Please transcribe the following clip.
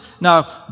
Now